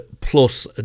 plus